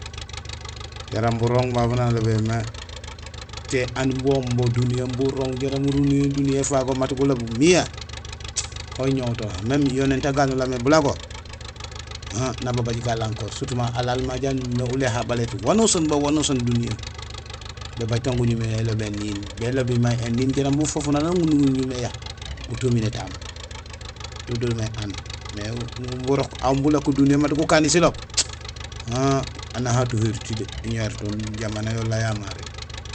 Yara burooŋ babu baan alobémé té aan umbi ombo duniya umbo urooŋ jaraam duniya éfago mat guloob miyá, ho iñoowtol; même yoninte aganolal mé bulago han nababaaj galankoor; surtout ma alaal ma jaan umimé uléha balét wanusaan ban wanusaan duniyee, bébaaj tan guñumé élobi éniin. Bélobi may éniin, bélobi may éniin kun bo fufunak faan uñumé éya butumi nétaam do doomé aan. Mais urok aw umbi ulako duniya mat gukani siloob, han aan ahu atuhéruti dé; iñoowérutol jamano yololal ya maré.